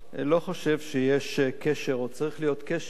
לא חושב שיש קשר, או צריך להיות קשר,